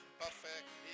perfect